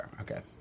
Okay